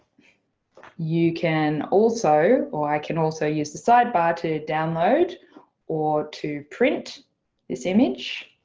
you can also or i can also, use the sidebar to download or to print this image.